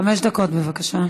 חמש דקות, בבקשה.